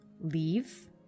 leave